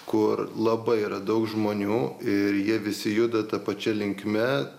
kur labai yra daug žmonių ir jie visi juda ta pačia linkme